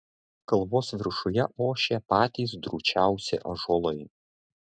kalvos viršuje ošė patys drūčiausi ąžuolai